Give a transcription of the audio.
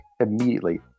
immediately